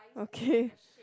okay